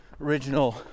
original